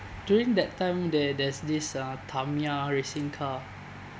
during that time there there's this uh tamiya racing car